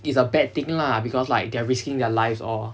is a bad thing lah because like they're risking their lives all